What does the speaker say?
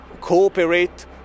cooperate